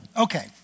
Okay